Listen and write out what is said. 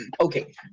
okay